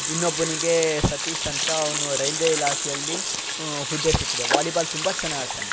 ಇನ್ನೊಬ್ಬನಿಗೆ ಸತೀಶ್ ಅಂತ ಅವನು ರೈಲ್ವೆ ಇಲಾಖೆಯಲ್ಲಿ ಹುದ್ದೆ ಸಿಕ್ಕಿದೆ ವಾಲಿಬಾಲ್ ತುಂಬ ಚೆನ್ನಾಗಿ ಆಡ್ತಾನೆ